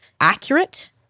accurate